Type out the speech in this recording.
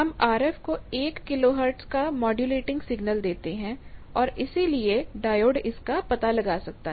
हम RF को 1 kilohertz का मॉडुलेटिंग सिग्नल देते हैं और इसीलिए डायोड इसका पता लगा सकता है